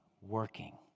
working